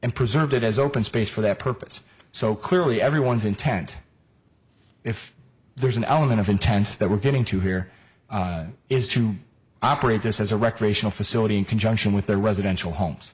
and preserved it as open space for that purpose so clearly everyone's intent if there's an element of intent that we're getting to here is to operate this as a recreational facility in conjunction with the residential homes